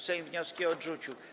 Sejm wnioski odrzucił.